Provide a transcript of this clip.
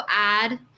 add